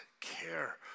care